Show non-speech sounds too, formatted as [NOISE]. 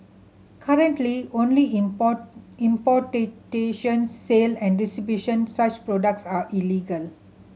currently only [UNINTELLIGIBLE] sale and distribution such products are illegal